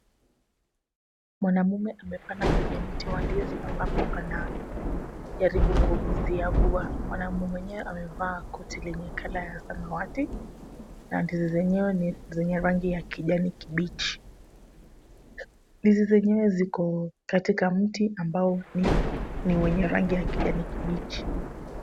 Mwanaume amepanda kwenye mti wa ndizi ambapo anajaribu kuziagua. Mwanaume mwenyewe amevaa koti lenye colour ya samawati na ndizi zenyewe ni zenye rangi ya kijani kibichi. Ndizi zenyewe ziko katika mti ambao ni wenye rangi ya kijani kibichi.